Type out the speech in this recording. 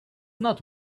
not